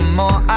more